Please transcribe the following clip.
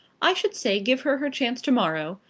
i should say give her her chance to-morrow,